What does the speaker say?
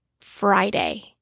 Friday